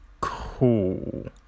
cool